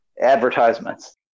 advertisements